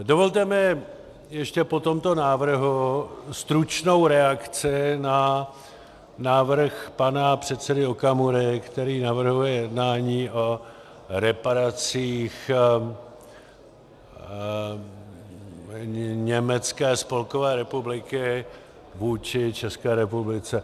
Dovolte mi ještě po tomto návrhu stručnou reakci na návrh pana předsedy Okamury, který navrhuje jednání o reparacích Německé spolkové republiky vůči České republice.